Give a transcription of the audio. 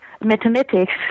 mathematics